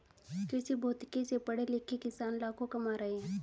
कृषिभौतिकी से पढ़े लिखे किसान लाखों कमा रहे हैं